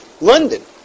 London